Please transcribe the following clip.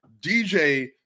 DJ